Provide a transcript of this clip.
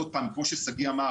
עוד פעם, כמו ששגיא אמר,